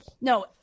no